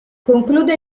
conclude